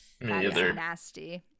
nasty